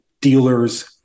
dealers